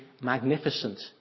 magnificent